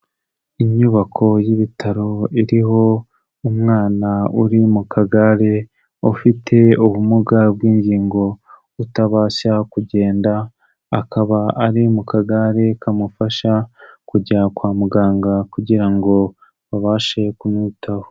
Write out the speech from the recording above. Inyubako y'ibitaro iriho umwana uri mu kagare, ufite ubumuga bw'ingingo, utabasha kugenda, akaba ari mu kagare kamufasha kujya kwa muganga kugira ngo babashe kumwitaho.